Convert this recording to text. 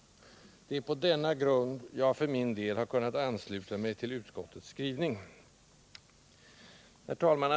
Det är på denna grund jag för min del har kunnat ansluta mig till utskottets skrivning. Herr talman!